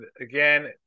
again